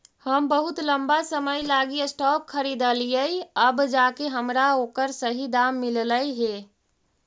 हम बहुत लंबा समय लागी स्टॉक खरीदलिअइ अब जाके हमरा ओकर सही दाम मिललई हे